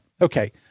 okay